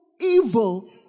evil